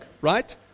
right